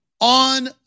on